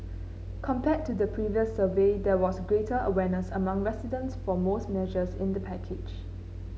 compared to the previous survey there was greater awareness among respondents for most measures in the package